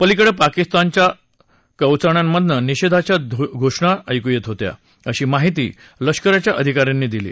पलीकडं पाकिस्तानच्या कचवण्यांमधनं निषेधाच्या घोषणा ऐकू येत होत्या अशी माहिती लष्कराच्या अधिकाऱ्यांनी दिली